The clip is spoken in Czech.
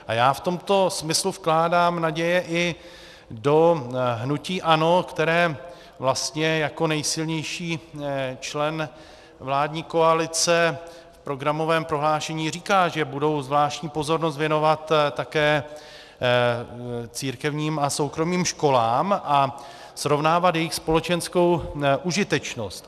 A já v tomto smyslu vkládám naděje i do hnutí ANO, které vlastně jako nejsilnější člen vládní koalice v programovém prohlášení říká, že budou zvláštní pozornost věnovat také církevním a soukromým školám a srovnávat jejich společenskou užitečnost.